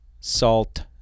salt